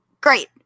great